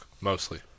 Mostly